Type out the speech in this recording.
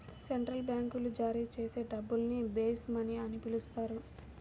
central బ్యాంకులు జారీ చేసే డబ్బుల్ని బేస్ మనీ అని పిలుస్తారు